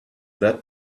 that